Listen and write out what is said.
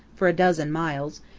for a dozen miles,